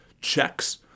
checks